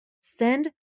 send